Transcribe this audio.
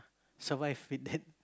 survive with that